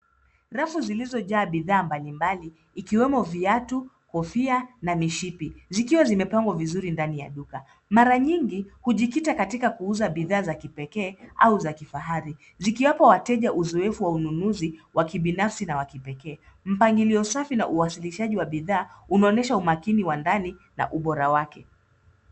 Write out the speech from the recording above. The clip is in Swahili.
Rafu zilizojaa bidhaa mbalimbali ikiwemo viatu, kofia na mishipi zikiwa zimepangwa vizuri ndani ya duka. Mara nyingi hujikita katika kuuza bidhaa za kipekee au za kifahari zikiwapa wateja uzoefu wa ununuzi wakibinafsi na wa kipekee. Mpangilio safi na uwasilishaji wa bidhaa unaonyesha umakini wa ndani na ubora wake.